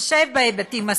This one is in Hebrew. בהתחשב בהיבטים הסביבתיים.